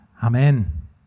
Amen